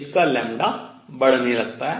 इसका बढ़ने लगता है